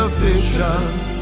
Sufficient